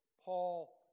Paul